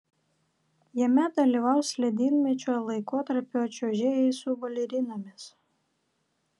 jame dalyvaus ledynmečio laikotarpio čiuožėjai su balerinomis